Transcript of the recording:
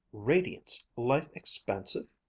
radiance, life expansive!